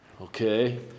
okay